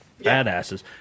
badasses